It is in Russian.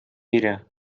мире